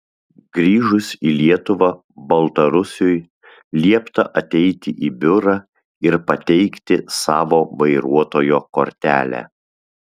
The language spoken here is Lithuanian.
grįžus į lietuvą baltarusiui liepta ateiti į biurą ir pateikti savo vairuotojo kortelę